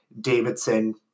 Davidson